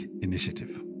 initiative